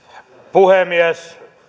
puhemies